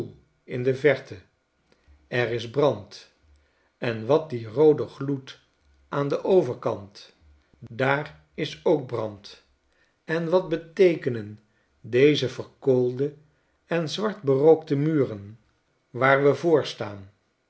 in de verte er is brand en wat die roode gloed aan den overkant daar is ook brand en wat beteekenen deze verkoolde en zwart berookte muren waar we voor